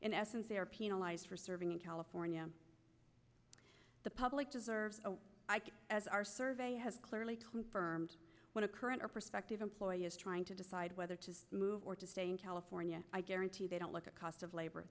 in essence they are penalized for serving in california the public deserves as our survey has clearly confirmed when a current or prospective employee is trying to decide whether to move or to stay in california i guarantee they don't look at cost of labor